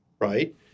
right